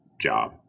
job